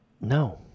No